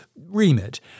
remit